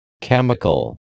Chemical